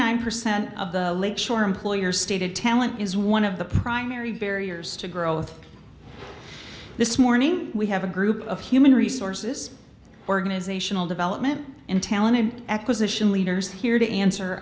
nine percent of the lake shore employer stated talent is one of the primary barriers to growth this morning we have a group of human resources organizational development and talent and acquisition leaders here to answer